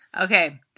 Okay